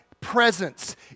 presence